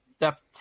depth